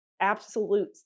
absolute